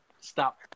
stop